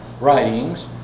writings